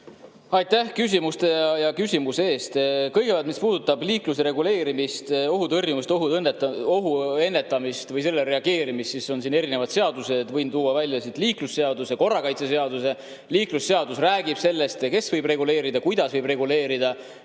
Aitäh küsimuse eest! Kõigepealt, mis puudutab liikluse reguleerimist, ohu tõrjumist, ohu ennetamist või ohule reageerimist, siis selle kohta on erinevad seadused. Võin välja tuua liiklusseaduse ja korrakaitseseaduse. Liiklusseadus räägib sellest, kes võib reguleerida ja kuidas võib reguleerida.